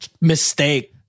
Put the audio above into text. Mistake